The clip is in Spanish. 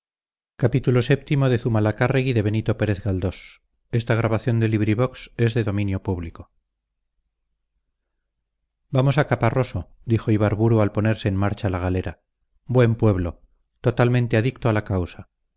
asolutos vamos a caparroso dijo ibarburu al ponerse en marcha la galera buen pueblo totalmente adicto a la causa